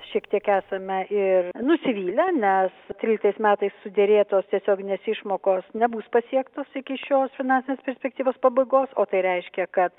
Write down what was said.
šiek tiek esame ir nusivylę nes tryliktais metais suderėtos tiesioginės išmokos nebus pasiektos iki šios finansinės perspektyvos pabaigos o tai reiškia kad